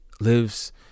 lives